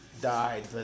died